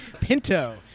Pinto